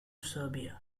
serbia